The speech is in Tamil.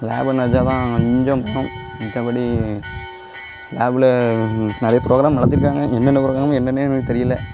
லேபை நினச்சா தான் கொஞ்சம் பயம் மித்தபடி லேபில் நிறைய ப்ரோக்ராம் நடத்தியிருக்காங்க என்னென்ன ப்ரோக்ராம் என்னென்னே எனக்கு தெரியலை